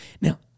Now